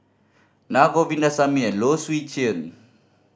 Naa Govindasamy and Low Swee Chen